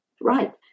Right